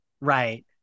right